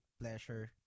pleasure